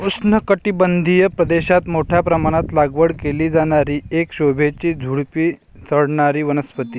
उष्णकटिबंधीय प्रदेशात मोठ्या प्रमाणात लागवड केली जाणारी एक शोभेची झुडुपी चढणारी वनस्पती